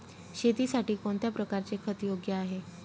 शेतीसाठी कोणत्या प्रकारचे खत योग्य आहे?